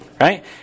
right